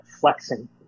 flexing